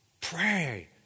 Pray